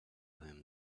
him